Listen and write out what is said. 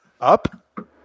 up